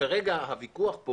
כרגע הוויכוח פה